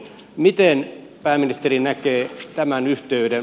miten pääministeri näkee tämän yhteyden